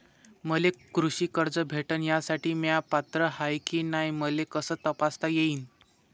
मले कृषी कर्ज भेटन यासाठी म्या पात्र हाय की नाय मले कस तपासता येईन?